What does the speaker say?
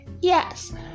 Yes